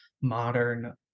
modern